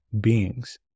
beings